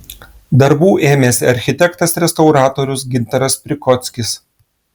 darbų ėmėsi architektas restauratorius gintaras prikockis